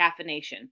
caffeination